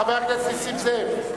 חבר הכנסת נסים זאב.